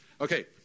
Okay